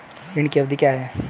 ऋण की अवधि क्या है?